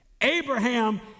Abraham